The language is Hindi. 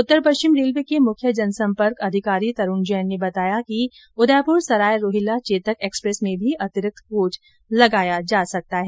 उत्तर पश्चिम रेलवे के मुख्य जनसंपर्क अधिकारी तरुण जैन ने बताया कि उदयपुर सराय रोहिल्ला चेतक एक्सप्रेस में भी अंतिरिक्त कोच लगाया जा सकता है